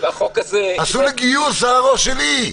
עשו לי גיוס על הראש שלי.